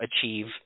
achieve